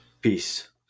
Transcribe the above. peace